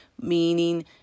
meaning